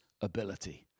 ability